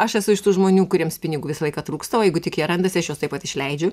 aš esu iš tų žmonių kuriems pinigų visą laiką trūksta o jeigu tik jie randasi aš juos taip pat išleidžiu